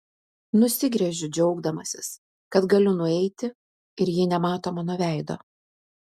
nusigręžiu džiaugdamasis kad galiu nueiti ir ji nemato mano veido